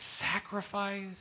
sacrifice